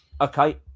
Okay